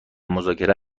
مذاکره